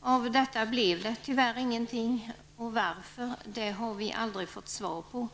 Av detta blev tyvärr ingenting, men vi har aldrig fått veta varför.